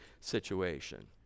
situation